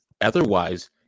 Otherwise